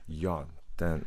jo ten